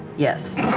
yes,